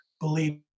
believe